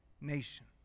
nation